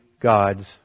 God's